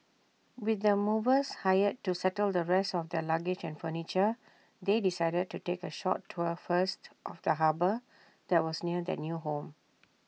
with the movers hired to settle the rest of their luggage and furniture they decided to take A short tour first of the harbour that was near their new home